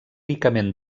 ricament